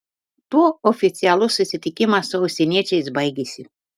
tuo oficialus susitikimas su užsieniečiais baigėsi